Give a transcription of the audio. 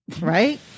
Right